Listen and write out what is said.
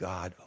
God